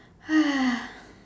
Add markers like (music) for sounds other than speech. (noise)